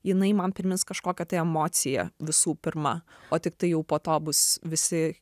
jinai man primins kažkokią tai emociją visų pirma o tiktai jau po to bus visi